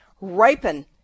ripen